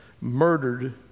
murdered